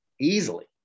easily